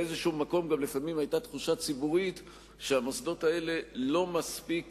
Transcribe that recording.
באיזה מקום גם לפעמים היתה תחושה ציבורית שהמוסדות האלה לא מספיק